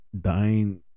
Dying